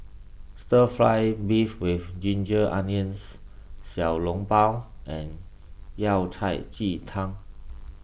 Stir Fry Beef with Ginger Onions Xiao Long Bao and Yao Cai Ji Tang